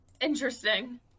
Interesting